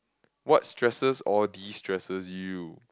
what stresses or destresses you